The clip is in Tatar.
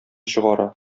чыгара